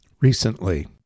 recently